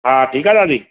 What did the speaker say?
हा ठीकु आहे दादी